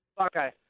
Okay